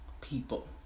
people